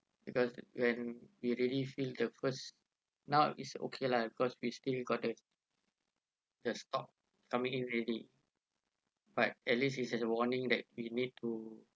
because when we really feel the first now is okay lah because we still got the the stock coming in already but at least this is a warning that we need to